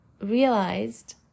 realized